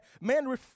man